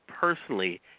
personally